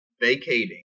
vacating